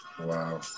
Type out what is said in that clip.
Wow